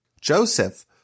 Joseph